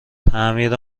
تعمیر